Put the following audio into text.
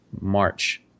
march